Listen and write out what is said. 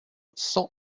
cent